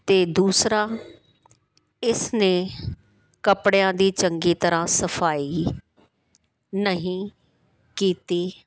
ਅਤੇ ਦੂਸਰਾ ਇਸ ਨੇ ਕੱਪੜਿਆਂ ਦੀ ਚੰਗੀ ਤਰ੍ਹਾਂ ਸਫ਼ਾਈ ਨਹੀਂ ਕੀਤੀ